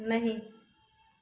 नहीं